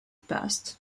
past